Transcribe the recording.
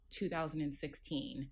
2016